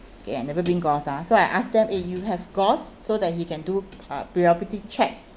okay I never been gauze ah so I ask them eh you have gauze so that he can do uh periodic check